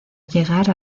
llegar